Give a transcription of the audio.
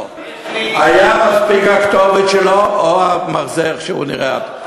היה מספיק הכתובת שלו או איך שהוא נראה,